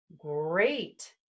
great